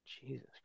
Jesus